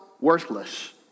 worthless